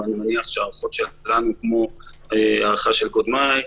ואני מניח שההערכות שלנו הן כמו ההערכה של קודמי,